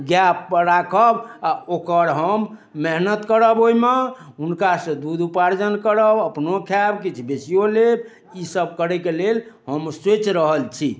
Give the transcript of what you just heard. गाय राखब आ ओकर हम मेहनत करब ओहिमे हुनकासँ दूध उपार्जन करब अपनो खाएब किछु बेचिओ लेब ई सब करैके लेल हम सोचि रहल छी